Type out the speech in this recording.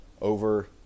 over